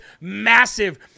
massive